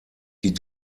die